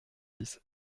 dix